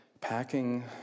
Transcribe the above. packing